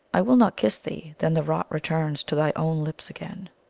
i will not kiss thee then the rot returns to thy own lips again.